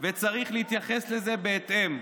וצריך להתייחס לזה בהתאם.